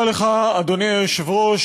אדוני היושב-ראש,